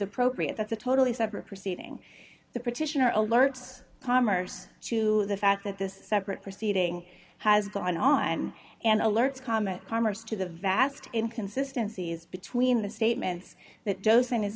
appropriate that's a totally separate proceeding the petition or alerts commers to the fact that this separate proceeding has gone on and alerts comment commerce to the vast inconsistency is between the statements that dosing is